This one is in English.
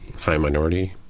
high-minority